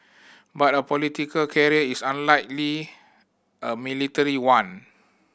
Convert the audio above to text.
but a political career is unlike a military one